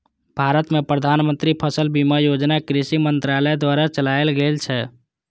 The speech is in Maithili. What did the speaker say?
भारत मे प्रधानमंत्री फसल बीमा योजना कृषि मंत्रालय द्वारा चलाएल गेल छै